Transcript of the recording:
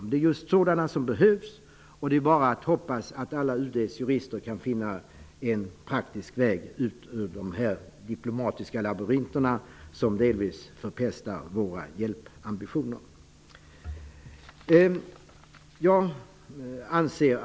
Men det är just sådana som behövs. Det är bara att hoppas att UD:s alla jurister kan finna en praktisk väg ut ur de här diplomatiska labyrinterna, som delvis förpestar våra hjälpambitioner.